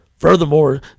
Furthermore